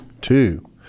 Two